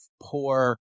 poor